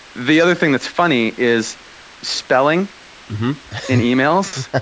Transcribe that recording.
the other thing that's funny is spelling in emails.